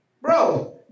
Bro